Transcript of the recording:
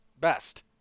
best